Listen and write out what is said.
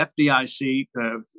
FDIC